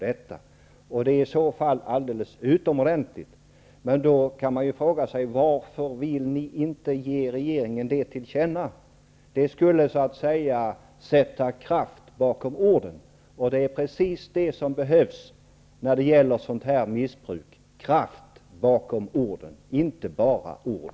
Det är i så fall alldeles utomordentligt. Men man kan då fråga sig varför ni inte vill ge regeringen detta till känna. Det skulle sätta kraft bakom orden, och det är precis det som behövs när det gäller sådant här missbruk -- kraft bakom orden, och inte bara ord.